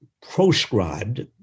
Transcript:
proscribed